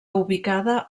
ubicada